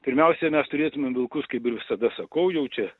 pirmiausia mes turėtumėm vilkus kaip visada sakau jau čia